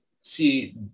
see